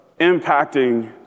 impacting